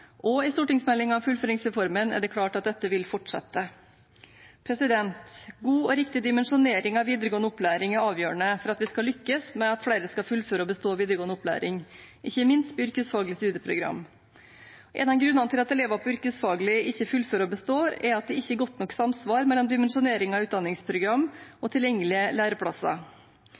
og i stortingsmeldingen Fullføringsreformen er det klart at dette vil fortsette. God og riktig dimensjonering av videregående opplæring er avgjørende for at vi skal lykkes med at flere skal fullføre og bestå videregående opplæring – ikke minst i yrkesfaglige studieprogram. En av grunnene til at elevene på yrkesfag ikke fullfører og består, er at det ikke er godt nok samsvar mellom dimensjonering av utdanningsprogram og tilgjengelige læreplasser.